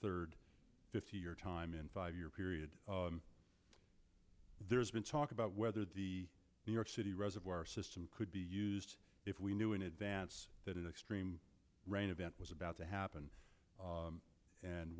third fifty year time in five year period there's been talk about whether the new york city reservoir system could be used if we knew in advance that it extreme rain event was about to happen